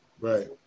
right